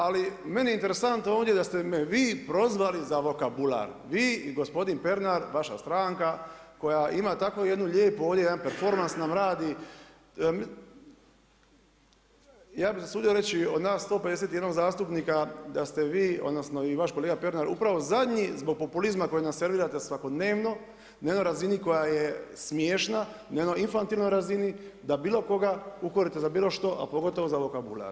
Ali meni je interesantno ovdje da ste me vi prozvali za vokabular, vi i gospodin Pernar, vaša stranka koja ima tako jednu lijepu ovdje, jedan performans nam radi, ja bih se usudio reći od nas 151 zastupnika da ste vi, odnosno i vaš kolega Pernar upravo zadnji zbog populizma koji nam servirate svakodnevno, na jednoj razini koja je smiješna, na jednoj infantilnoj razini da bilo koga ukorite za bilo što a pogotovo za vokabular.